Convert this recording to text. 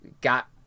got